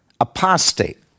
apostate